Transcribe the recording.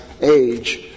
age